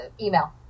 email